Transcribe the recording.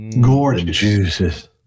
Gorgeous